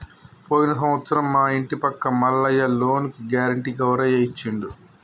పోయిన సంవత్సరం మా ఇంటి పక్క మల్లయ్య లోనుకి గ్యారెంటీ గౌరయ్య ఇచ్చిండు